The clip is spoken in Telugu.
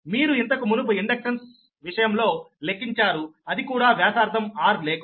మీరు ఇంతకు మునుపు ఇండక్టెన్స్ విషయంలో లెక్కించారు అదికూడా వ్యాసార్థం r లేకుండా